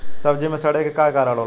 सब्जी में सड़े के का कारण होला?